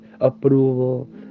approval